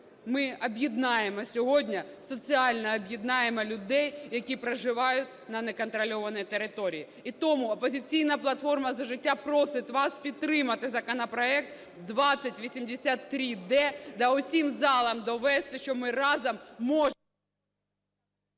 Ми об'єднаємо сьогодні, соціально об'єднаємо людей, які проживають на неконтрольованій території. І тому "Опозиційна платформа - за життя" просить вас підтримати законопроект 2083-д та усім залом довести, що ми разом можемо